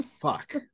Fuck